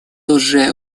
уже